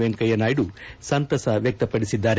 ವೆಂಕಯ್ನನಾಯ್ನು ಸಂತಸ ವ್ಯಕ್ತಪಡಿಸಿದ್ದಾರೆ